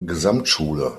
gesamtschule